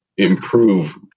improve